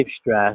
stress